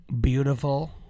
beautiful